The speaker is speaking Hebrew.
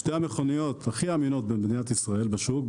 שתי המכוניות הכי אמינות במדינת ישראל בשוק,